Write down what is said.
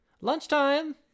lunchtime